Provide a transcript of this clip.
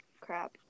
crap